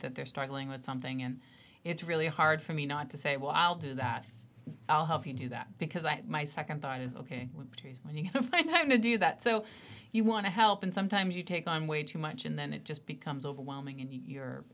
that they're struggling with something and it's really hard for me not to say well i'll do that i'll help you do that because i my second thought is ok when you find time to do that so you want to help and sometimes you take on way too much and then it just becomes overwhelming and you